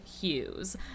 Hughes